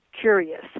curious